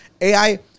AI